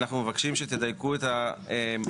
אנחנו מבקשים שתדייקו את המקטעים,